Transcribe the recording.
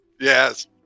Yes